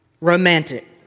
Romantic